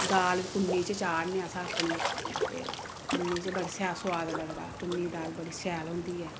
दाल कु'न्नी च चाढ़ने आं अस अपनी ते कु'न्नी च बड़ी शैल सोआद लगदा कु'न्नी दी दाल बड़ी शैल होंदी ऐ